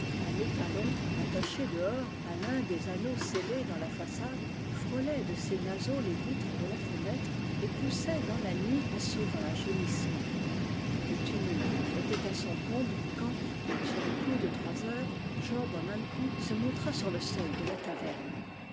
un étalon attaché dehors à l'un des anneaux scellés dans la façade frôlait de ses naseaux les vitres de la fenêtre et poussait dans la nuit un sauvage hennissement le tumulte était à son comble quand sur le coup de trois heures job an ankou se montra sur le seuil de la taverne